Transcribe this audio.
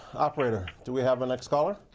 operator. do we have the next caller?